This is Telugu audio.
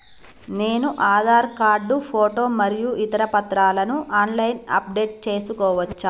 నేను ఆధార్ కార్డు ఫోటో మరియు ఇతర పత్రాలను ఆన్ లైన్ అప్ డెట్ చేసుకోవచ్చా?